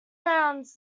rounds